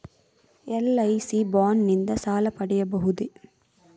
LIC bond ನಿಂದ ಸಾಲ ಪಡೆಯಬಹುದೇ?